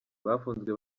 bafunzwe